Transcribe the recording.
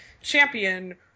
champion